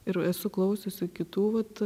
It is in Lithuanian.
ir esu klausiusi kitų vat